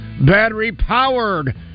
battery-powered